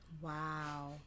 wow